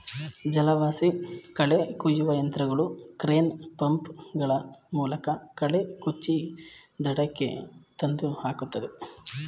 ಜಲವಾಸಿ ಕಳೆ ಕುಯ್ಯುವ ಯಂತ್ರಗಳು ಕ್ರೇನ್, ಪಂಪ್ ಗಳ ಮೂಲಕ ಕಳೆ ಕುಚ್ಚಿ ದಡಕ್ಕೆ ತಂದು ಹಾಕುತ್ತದೆ